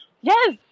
Yes